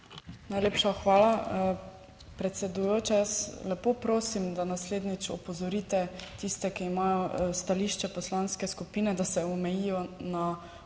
Najlepša hvala, predsedujoča. Jaz lepo prosim, da naslednjič opozorite tiste, ki imajo stališče poslanske skupine, da se omejijo na obravnavano